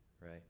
right